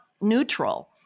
neutral